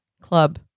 Club